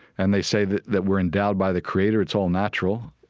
and they say that that we're endowed by the creator, it's all natural,